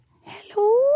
Hello